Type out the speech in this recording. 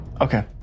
okay